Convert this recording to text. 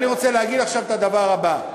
אני רוצה להגיד עכשיו את הדבר הבא: